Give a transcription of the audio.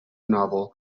novel